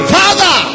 father